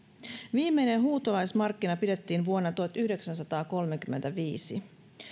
viimeinen huutolaismarkkina pidettiin vuonna tuhatyhdeksänsataakolmekymmentäviisi